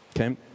okay